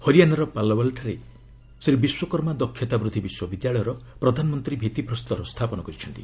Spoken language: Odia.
ହରିୟାଣାର ପାଲ୍ଓ୍ୱାଲ୍ଠାରେ ଶ୍ରୀ ବିଶ୍ୱକର୍ମା ଦକ୍ଷତା ବୃଦ୍ଧି ବିଶ୍ୱବିଦ୍ୟାଳୟର ପ୍ରଧାନମନ୍ତ୍ରୀ ଭିତ୍ତିପ୍ରସ୍ତର ସ୍ଥାପନ କରିଛନ୍ତି